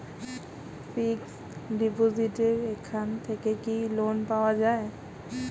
Fix ডিপোজিটের এখান থেকে কি লোন পাওয়া যায়?